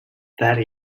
that